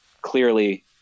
clearly